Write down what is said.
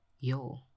Yo